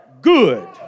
good